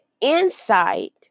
insight